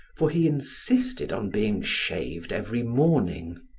for he insisted on being shaved every morning.